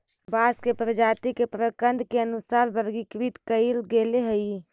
बांस के प्रजाती के प्रकन्द के अनुसार वर्गीकृत कईल गेले हई